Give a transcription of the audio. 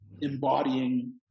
embodying